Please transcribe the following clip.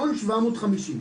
טון ו-750 ק"ג.